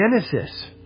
Genesis